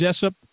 Jessup